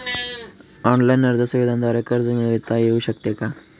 Online अर्ज सुविधांद्वारे कर्ज मिळविता येऊ शकते का?